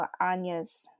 Anya's